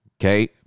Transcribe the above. Okay